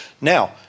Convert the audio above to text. Now